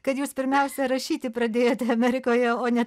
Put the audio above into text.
kad jūs pirmiausia rašyti pradėjote amerikoje o ne